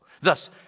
Thus